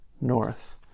North